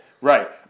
Right